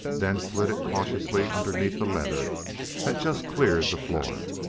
then slid it cautiously underneath the leather that just cleared the floor.